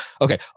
Okay